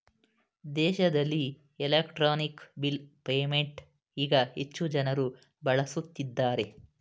ದೇಶದಲ್ಲಿ electric bill payment ಈಗ ಹೆಚ್ಚು ಜನರು ಬಳಸುತ್ತಿದ್ದಾರೆ